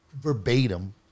verbatim